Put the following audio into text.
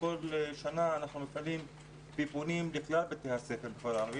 בכל שנה אנחנו פונים לכלל בתי הספר בכל הארץ